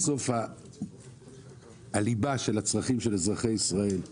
בסוף הליבה של הצרכים של אזרחי ישראל,